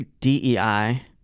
D-E-I